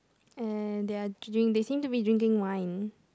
and there they seem to be drinking wine